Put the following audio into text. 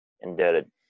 indebted